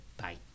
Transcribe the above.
Bye